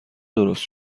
درست